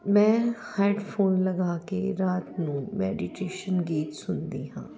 ਮੈਂ ਹੈਡਫੋਨ ਲਗਾ ਕੇ ਰਾਤ ਨੂੰ ਮੈਡੀਟੇਸ਼ਨ ਗੀਤ ਸੁਣਦੀ ਹਾਂ